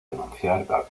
denunciar